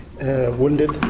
wounded